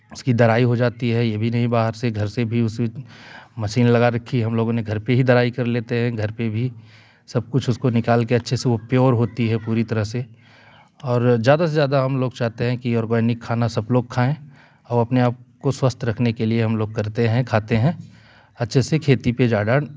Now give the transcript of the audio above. उसकी तराई हो जाती है ये भी नहीं बाहर से घर से भी उसी मसीन लगा रखी है हम लोगों ने घर पर ही तराई कर लेते हैं घर पर भी सब कुछ उसको निकाल के अच्छे से वो प्योर होती है पूरी तरह से और ज्यादा से ज्यादा हम लोग चाहते हैं कि ओरगैनिक खाना सब लोग खाएँ और अपने आपको स्वस्थ रखने के लिए हम लोग करते हैं खाते हैं अच्छे से खेती पर ज्यादा